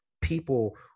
people